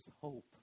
hope